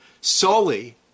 solely